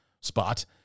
spot